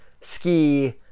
ski